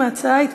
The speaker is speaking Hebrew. (הוראת שעה),